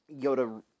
Yoda